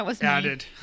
added